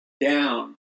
down